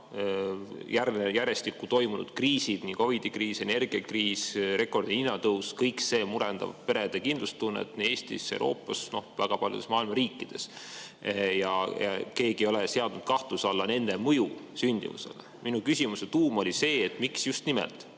järjestikku toimunud kriisid, nagu COVID-i kriis, energiakriis, rekordiline hinnatõus – kõik see murendab perede kindlustunnet nii Eestis, Euroopas kui ka väga paljudes maailmariikides. Keegi ei olegi seadnud kahtluse alla nende mõju sündimusele. Minu küsimuse tuum oli see: miks just nimelt